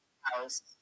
house